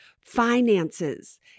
finances